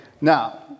now